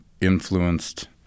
influenced